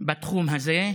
בתחום הזה,